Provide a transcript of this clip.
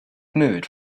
mood